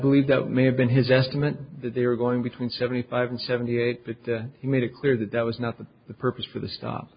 believe that may have been his estimate that they were going between seventy five and seventy eight but he made it clear that that was not the the purpose for the stop